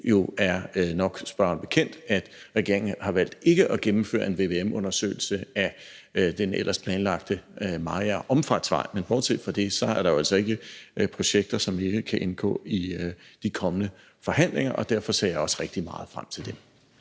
nok er spørgeren bekendt, at regeringen har valgt ikke at gennemføre en vvm-undersøgelse af den ellers planlagte omfartsvej ved Mariager. Men bortset fra det er der jo altså ikke projekter, som ikke kan indgå i de kommende forhandlinger, og derfor ser jeg også rigtig meget frem til det.